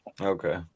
Okay